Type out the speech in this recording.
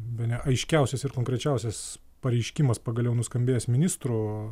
bene aiškiausias ir konkrečiausias pareiškimas pagaliau nuskambėjęs ministrų